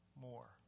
more